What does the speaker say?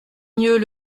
mieux